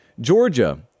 Georgia